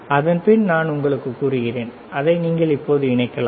அதன்பின் நான் உங்களுக்கு கூறுகிறேன் அதை நீங்கள் இப்போது இணைக்கலாம்